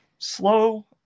Slow